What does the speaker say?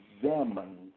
examine